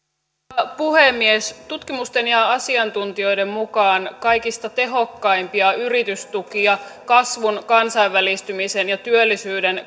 arvoisa puhemies tutkimusten ja asiantuntijoiden mukaan kaikista tehokkaimpia yritystukia kasvun kansainvälistymisen ja työllisyyden